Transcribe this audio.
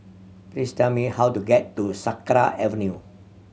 please tell me how to get to Sakra Avenue